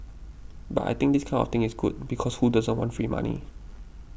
but I think this kind of thing is good because who doesn't want free money